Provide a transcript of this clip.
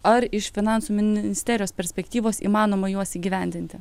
ar iš finansų ministerijos perspektyvos įmanoma juos įgyvendinti